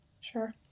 Sure